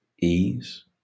ease